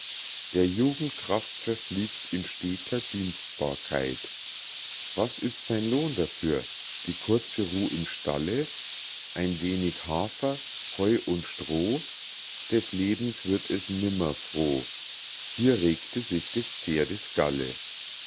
der jugend kraft verfliegt in steter dienstbarkeit was ist sein lohn dafür die kurze ruh im stalle ein wenig hafer heu und stroh des lebens wird es nimmer froh hier regte sich des pferdes galle